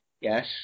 Yes